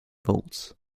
volts